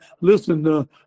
listen